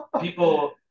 people